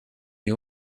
you